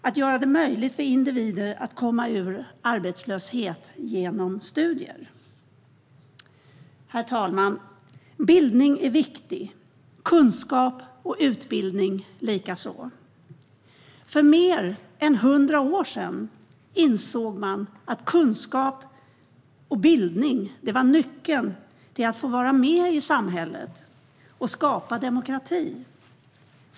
Att göra det möjligt för individer att komma ur arbetslöshet genom studier är en viktig del. Herr talman! Bildning är viktigt - kunskap och utbildning likaså. För mer än hundra år sedan insåg man att kunskap och bildning var nyckeln till att få vara med i samhället och skapa demokrati.